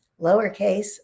lowercase